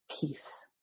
peace